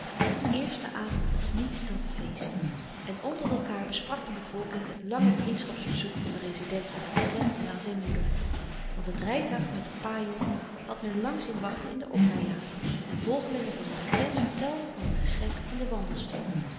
dien eersten avond was niets dan feest en onder elkaâr besprak de bevolking het lange vriendschapsbezoek van den rezident aan den regent en aan zijn moeder want het rijtuig met de pajong had men lang zien wachten in de oprijlaan en volgelingen van den regent vertelden van het geschenk van den wandelstok